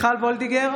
מיכל מרים וולדיגר,